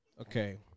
Okay